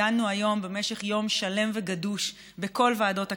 דנו היום במשך יום שלם וגדוש בכל ועדות הכנסת,